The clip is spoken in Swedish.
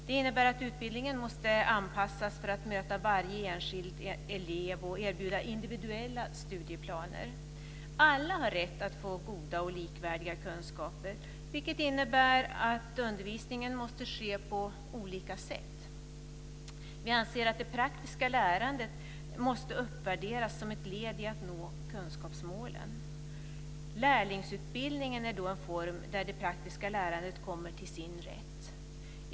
Det innebär att utbildningen måste anpassas för att möta varje enskild elev och erbjuda individuella studieplaner. Alla har rätt att få goda och likvärdiga kunskaper, vilket innebär att undervisningen måste ske på olika sätt. Vi anser att det praktiska lärandet måste uppvärderas som ett led i att nå kunskapsmålen. Lärlingsutbildningen är då en form där det praktiska lärandet kommer till sin rätt.